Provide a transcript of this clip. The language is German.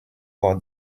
vor